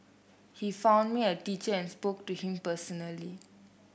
he found me a teacher and spoke to him personally